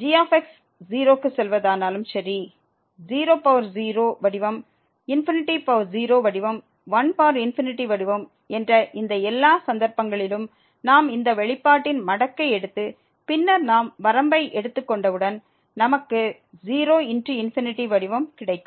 g 0 க்கு செல்வதானாலும் சரி 00 வடிவம் 0 வடிவம் 1 வடிவம் என்ற இந்த எல்லா சந்தர்ப்பங்களிலும் நாம் இந்த வெளிப்பாட்டின் மடக்கை எடுத்து பின்னர் நாம் வரம்பை எடுத்துக் கொண்டவுடன் நமக்கு 0×∞ வடிவம் கிடைக்கும்